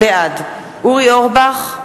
בעד אורי אורבך,